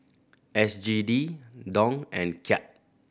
S G D Dong and Kyat